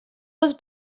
was